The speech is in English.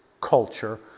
culture